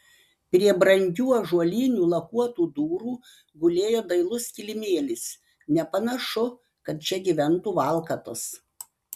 prie brangių ąžuolinių lakuotų durų gulėjo dailus kilimėlis nepanašu kad čia gyventų valkatos